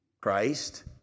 Christ